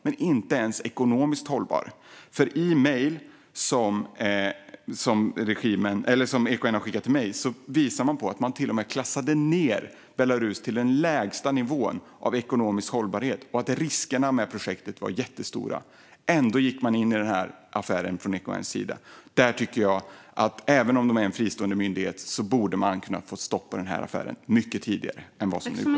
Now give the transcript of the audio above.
Den är inte ens ekonomiskt hållbar, för mejl som EKN har skickat till mig visar att man till och med klassade ned Belarus till den lägsta nivån av ekonomisk hållbarhet och att riskerna med projektet var jättestora. Ändå gick EKN in i denna affär. Även om EKN är en fristående myndighet borde man ha kunnat stoppa denna affär mycket tidigare än vad man gjorde.